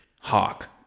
hawk